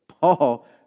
Paul